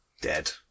Dead